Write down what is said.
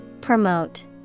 Promote